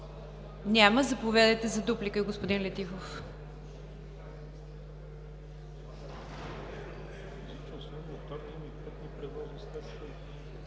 Няма. Заповядайте за дуплика, господин Летифов.